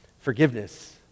forgiveness